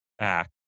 act